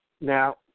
now